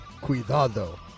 cuidado